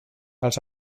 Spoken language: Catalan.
els